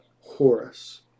Horus